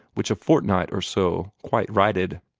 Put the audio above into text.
which a fort-night or so quite righted.